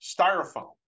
styrofoam